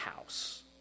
house